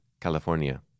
California